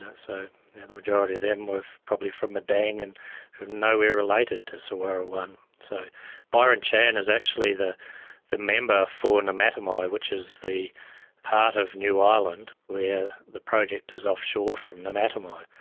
ah so the majority of them were probably from madang and nowhere related to solwara one. so byron chan is actually the the member for namatanai, which is the part of new ireland where the project is offshore from namatanai.